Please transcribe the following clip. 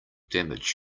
damage